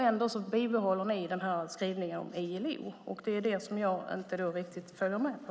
Ändå bibehåller ni skrivningen om ILO. Det är det som jag inte riktigt följer med på.